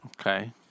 Okay